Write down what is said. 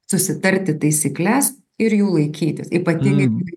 susitarti taisykles ir jų laikytis ypatingai